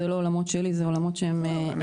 אלה לא עולמות שלי אלא עולמות של הממשלה.